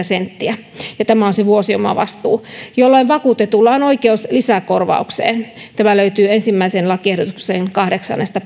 senttiä tämä on se vuosiomavastuu jolloin vakuutetulla on oikeus lisäkorvaukseen tämä löytyy ensimmäisen lakiehdotuksen kahdeksannesta